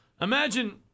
imagine